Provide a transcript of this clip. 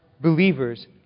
believers